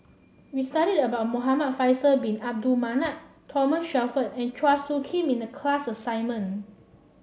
we studied about Muhamad Faisal Bin Abdul Manap Thomas Shelford and Chua Soo Khim in the class assignment